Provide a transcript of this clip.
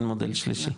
אין מודל שלישי.